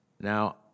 Now